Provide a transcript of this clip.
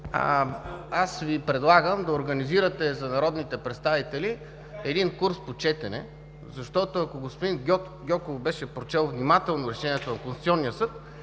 аз Ви предлагам да организирате за народните представители един курс по четене, защото, ако господин Гьоков беше прочел внимателно Решението на Конституционния съд,